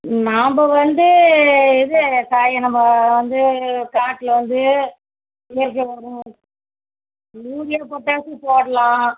ம் நம்ப வந்து இது சாரி நம்ப வந்து காட்டில் வந்து இயற்கை உரம் யூரியா பொட்டாஸு போடலாம்